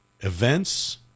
events